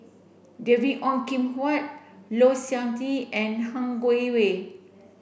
David Ong Kim Huat Low Siew Nghee and Han Guangwei